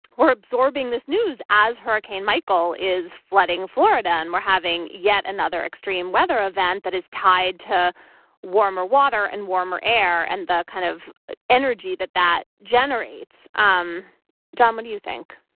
we're absorbing this news as hurricane michael is flooding florida and we're having yet another extreme weather event that is tied to warmer water and warmer air and the kind of energy that that generates. um john what do you think